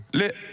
lit